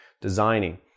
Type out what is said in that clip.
designing